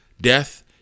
death